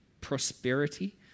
Prosperity